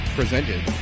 presented